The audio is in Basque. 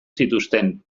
zituzten